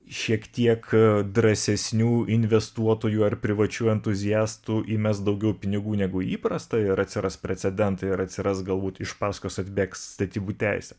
šiek tiek drąsesnių investuotojų ar privačių entuziastų įmes daugiau pinigų negu įprasta ir atsiras precedentai ir atsiras galbūt iš paskos atbėgs statybų teisė